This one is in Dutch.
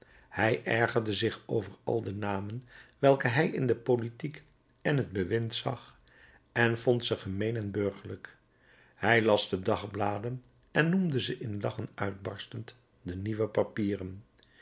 hij ergerde zich over al de namen welke hij in de politiek en het bewind zag en vond ze gemeen en burgerlijk hij las de dagbladen en noemde ze in lachen uitbarstend de nieuwe papieren